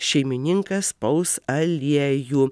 šeimininkas spaus aliejų